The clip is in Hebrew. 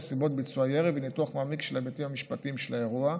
נסיבות ביצוע הירי וניתוח מעמיק של ההיבטים המשפטיים של האירוע.